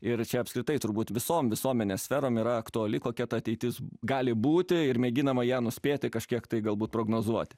ir čia apskritai turbūt visom visuomenės sferom yra aktuali kokia ta ateitis gali būti ir mėginama ją nuspėti kažkiek tai galbūt prognozuoti